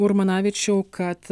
urmanavičiau kad